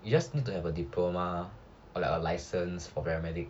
you just need to have a diploma or like a licence for paramedics